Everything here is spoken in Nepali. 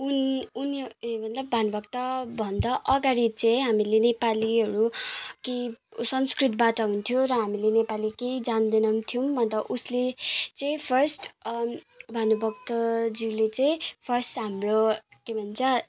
उन उनी ए मतलब भानुभक्तभन्दा अगाडि चाहिँ हामीले नेपालीहरू कि संस्कृतबाट हुन्थ्यो र हामीले नेपाली केही जान्दैन पनि थियौँ अन्त उसले चाहिँ फर्स्ट भानुभक्तज्यूले चाहिँ फर्स्ट हाम्रो के भन्छ